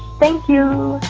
thank you